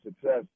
success